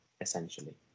essentially